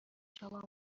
شما